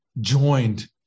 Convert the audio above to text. joined